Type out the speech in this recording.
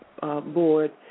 Board